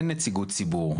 אין נציגות ציבור.